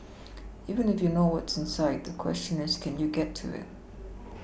even if you know what's inside the question is can you get to it